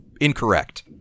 incorrect